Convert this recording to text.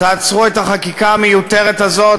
תעצרו את החקיקה המיותרת הזאת,